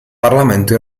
parlamento